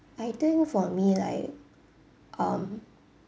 I think for me like um